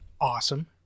awesome